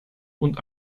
und